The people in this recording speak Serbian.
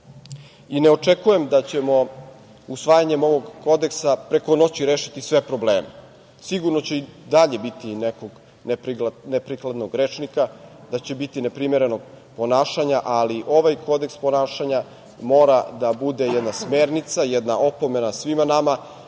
mane. Ne očekujem da ćemo usvajanjem ovog Kodeksa preko noći rešiti sve probleme. Sigurno će i dalje biti nekog neprikladnog rečnika, da će biti neprimerenog ponašanja, ali ovaj Kodeks ponašanja mora da bude jedna smernica, jedna opomena svima nama